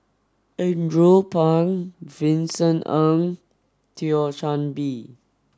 Andrew Phang Vincent Ng and Thio Chan Bee